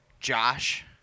Josh